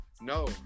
no